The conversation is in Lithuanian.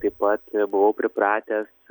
taip pat buvau pripratęs